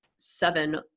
Seven